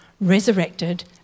resurrected